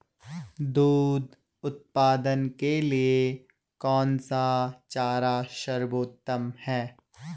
दूध उत्पादन के लिए कौन सा चारा सर्वोत्तम है?